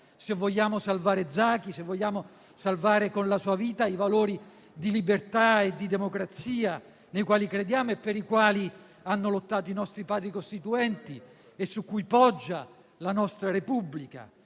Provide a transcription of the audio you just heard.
se vogliamo salvare Zaki e se vogliamo salvare, con la sua vita, i valori di libertà e di democrazia nei quali crediamo, per i quali hanno lottato i nostri Padri costituenti e su cui poggia la nostra Repubblica.